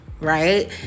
right